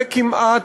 זה כמעט,